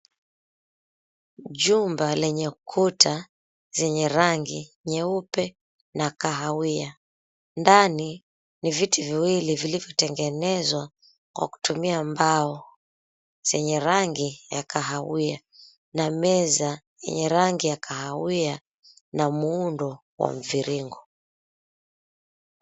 Jumba lenye kuta zenye rangi nyeupe na kahawia, ndani ni viti viwili vilivyo tengenezwa kwa kutumia mbao zenye rangi ya kahawia, na meza yenye rangi ya kahawia na muundo wa mviringo.